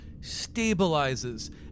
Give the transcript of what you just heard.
stabilizes